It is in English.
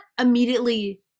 immediately